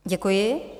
Děkuji.